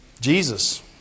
Jesus